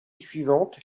suivante